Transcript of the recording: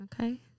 Okay